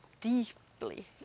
deeply